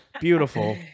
beautiful